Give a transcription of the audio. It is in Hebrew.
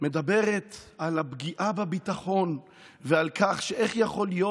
מדברת על הפגיעה בביטחון ועל איך יכול להיות